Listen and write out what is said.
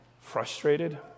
frustrated